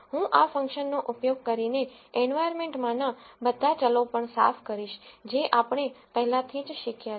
હું આ ફંક્શનનો ઉપયોગ કરીને એન્વાયરમેન્ટમાંના બધા ચલો પણ સાફ કરીશ જે આપણે પહેલાથી જ શીખ્યા છે